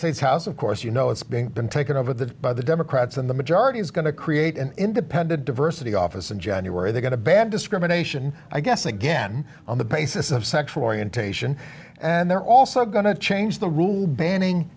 states house of course you know it's being been taken over the by the democrats and the majority is going to create an independent diversity office in january they got a bad discrimination i guess again on the basis of sexual orientation and they're also going to change the rules banning